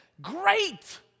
great